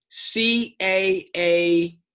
CAA